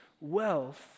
wealth